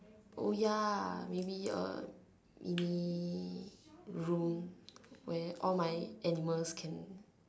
oh ya maybe a mini room where all my animals can